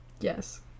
Yes